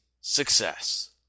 Success